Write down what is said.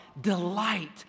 delight